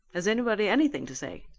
has anybody anything to say?